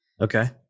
Okay